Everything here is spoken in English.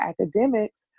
academics